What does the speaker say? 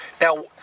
Now